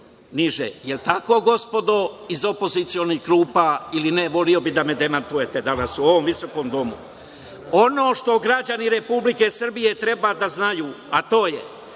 niže. Da li je tako, gospodo iz opozicionih klupa, ili ne? Voleo bih da me demantujete danas u ovom visokom Domu. Ono što građani Republike Srbije treba da znaju, a to je,